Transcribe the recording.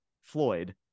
Floyd